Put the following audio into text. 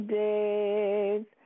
days